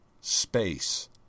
space